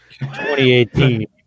2018